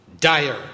dire